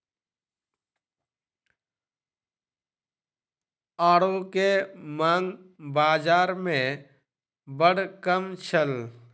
आड़ू के मांग बाज़ार में बड़ कम छल